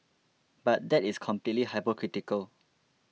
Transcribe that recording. but that is completely hypocritical